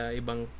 ibang